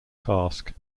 cask